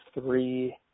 three